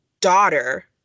daughter